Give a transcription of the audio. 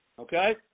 okay